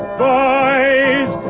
boys